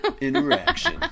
interaction